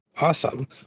Awesome